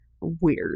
Weird